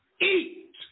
Eat